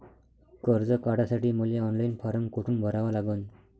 कर्ज काढासाठी मले ऑनलाईन फारम कोठून भरावा लागन?